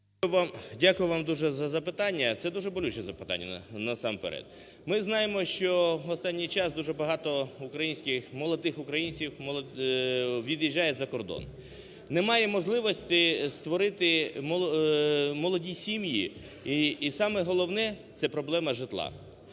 Дякую вам дуже за запитання. Це дуже болюче запитання насамперед. Ми знаємо, що останній час дуже багато молодих українців від'їжджає за кордон. Немає можливості створити молоді сім'ї і саме головне – це проблема житла.